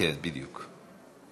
כן, בדיוק.